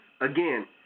Again